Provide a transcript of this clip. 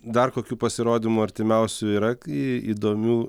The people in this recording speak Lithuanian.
dar kokių pasirodymų artimiausių yra į įdomių